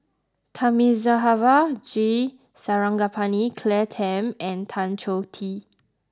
Thamizhavel G Sarangapani Claire Tham and Tan Choh Tee